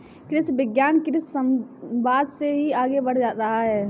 कृषि विज्ञान कृषि समवाद से ही आगे बढ़ रहा है